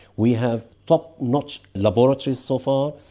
we have top-notch laboratories so far,